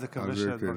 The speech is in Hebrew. אז נקווה שהדברים,